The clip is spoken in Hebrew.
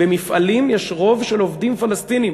במפעלים יש רוב של עובדים פלסטינים,